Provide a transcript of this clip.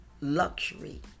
Luxury